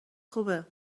خوبه